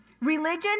religion